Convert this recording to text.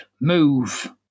move